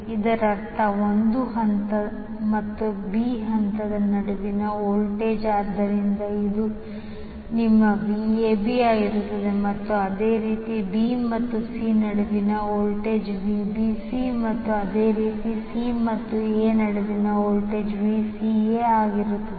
ಇದರರ್ಥ ಒಂದು ಹಂತ ಮತ್ತು b ಹಂತದ ನಡುವಿನ ವೋಲ್ಟೇಜ್ ಆದ್ದರಿಂದ ಇದು ನಿಮ್ಮ Vabಆಗಿರುತ್ತದೆ ಮತ್ತು ಅದೇ ರೀತಿ b ಮತ್ತು c ನಡುವಿನ ವೋಲ್ಟೇಜ್ Vbc ಮತ್ತು ಅದೇ ರೀತಿ ಮತ್ತೆ c ಮತ್ತು a ನಡುವಿನ Vca ಆಗಿರುತ್ತದೆ